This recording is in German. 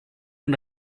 und